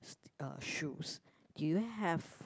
shoes do you have